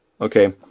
Okay